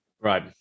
Right